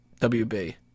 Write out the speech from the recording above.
WB